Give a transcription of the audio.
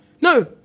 no